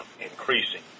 increasing